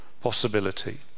possibility